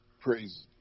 praise